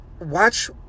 watch